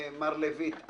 מר לויט.